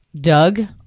Doug